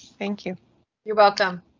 thank you you're welcome.